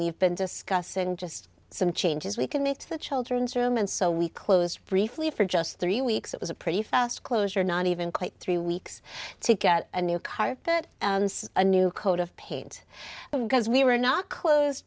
we've been discussing just some changes we can make to the children's room and so we closed briefly for just three weeks it was a pretty fast closure not even quite three weeks to get a new carpet a new coat of paint but because we were not close